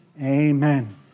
amen